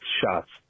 shots